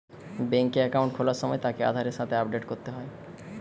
বেংকে একাউন্ট খোলার সময় তাকে আধারের সাথে আপডেট করতে হয়